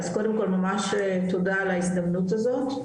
אז קודם כל תודה ממש על ההזדמנות הזאת.